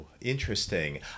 interesting